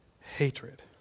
hatred